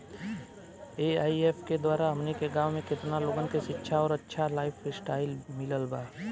AIF के द्वारा हमनी के गांव में केतना लोगन के शिक्षा और अच्छा लाइफस्टाइल मिलल बा